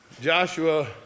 Joshua